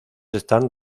están